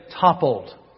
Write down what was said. toppled